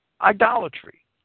idolatry